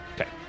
okay